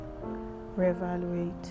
re-evaluate